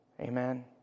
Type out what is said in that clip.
Amen